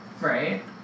right